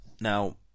Now